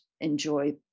enjoy